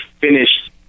finished